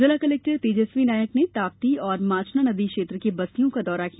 जिला कलेक्टर तेजस्वी नायक ने ताप्ती एंव माचना नदी क्षेत्र की बस्तियों का दौरा किया